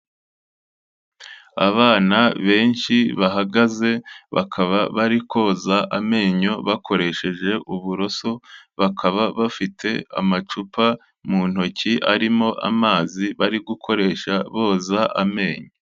Abana benshi bahagaze, bakaba bari koza amenyo bakoresheje uburoso, bakaba bafite amacupa mu ntoki arimo amazi bari gukoresha boza amenyo.